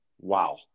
Wow